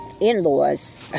in-laws